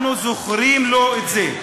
אנחנו זוכרים לו את זה.